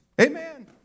Amen